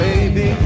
Baby